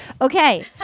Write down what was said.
Okay